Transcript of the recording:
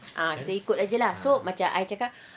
ah kita ikut aje lah so macam I cakap